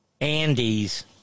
Andy's